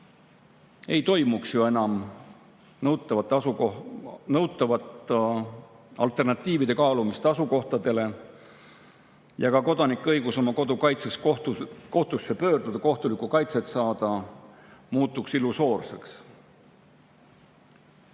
ei toimuks ju enam nõutavat asukohtade alternatiivide kaalumist ja ka kodanike õigus oma kodu kaitseks kohtusse pöörduda, kohtulikku kaitset saada, muutuks illusoorseks.